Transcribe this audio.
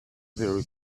very